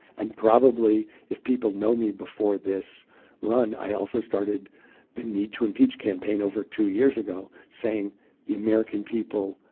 and probably, if people know me before this run, i also started the need to impeach campaign over two years ago, saying the american people,